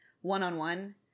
one-on-one